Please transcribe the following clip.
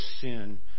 sin